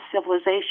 civilization